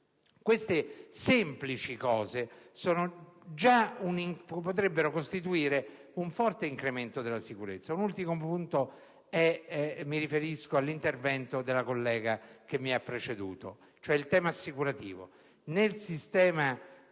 Queste semplici scelte potrebbero costituire già un forte incremento della sicurezza. Un ultimo punto riguarda l'intervento della collega che mi ha preceduto e concerne il tema assicurativo. Nel sistema